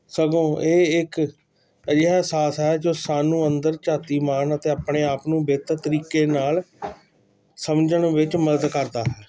ਸਗੋਂ ਇਹ ਇੱਕ ਅਜਿਹਾ ਸਾਥ ਹੈ ਜੋ ਸਾਨੂੰ ਅੰਦਰ ਝਾਤੀ ਮਾਰਨ ਅਤੇ ਆਪਣੇ ਆਪ ਨੂੰ ਬਿਹਤਰ ਤਰੀਕੇ ਨਾਲ ਸਮਝਣ ਵਿੱਚ ਮਦਦ ਕਰਦਾ ਹੈ